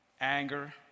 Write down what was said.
Anger